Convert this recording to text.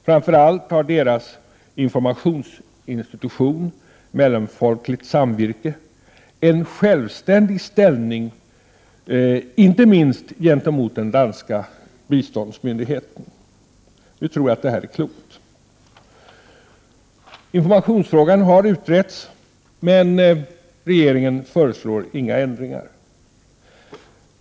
Framför allt har informationsinstitutionen Mellomfolkeligt Samvirkeen = Prot. 1988/89:99 självständig ställning gentemot den danska biståndsmyndigheten. Det tror 19 april 1989 jag är klokt. Informationsfrågan har utretts, men regeringen föreslår inga ändringar.